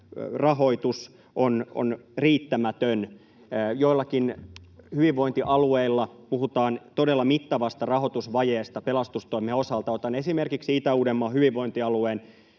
rahoitus on riittämätön. Joillakin hyvinvointialueilla puhutaan todella mittavasta rahoitusvajeesta pelastustoimen osalta. Otan esimerkiksi Itä-Uudenmaan hyvinvointialueen,